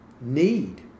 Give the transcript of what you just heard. need